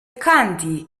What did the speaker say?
kandi